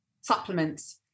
supplements